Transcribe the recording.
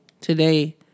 today